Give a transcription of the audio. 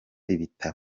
ibitabo